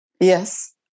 Yes